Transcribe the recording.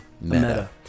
Meta